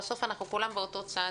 בסוף כולנו באותו צד,